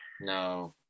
no